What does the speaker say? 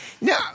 No